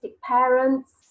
parents